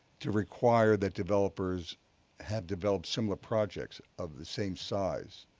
to require that developers have developed similar projects of the same size,